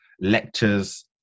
lectures